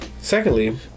Secondly